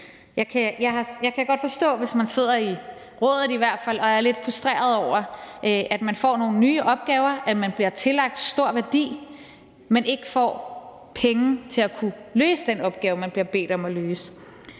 hvert fald godt forstå, hvis man sidder i rådet og er lidt frustreret over, at man får nogle nye opgaver, at man bliver tillagt en stor værdi, men at man ikke får penge til at kunne løse den opgave, man bliver bedt om at løse.